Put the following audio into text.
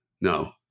No